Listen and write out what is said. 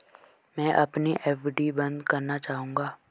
मैं अपनी एफ.डी बंद करना चाहूंगा